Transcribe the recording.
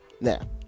Now